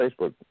Facebook